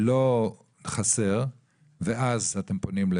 ולא חסר ואז אתם פונים,